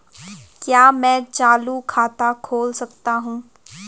क्या मैं चालू खाता खोल सकता हूँ?